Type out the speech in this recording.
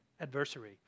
adversary